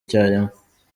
icyarimwe